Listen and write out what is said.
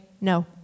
no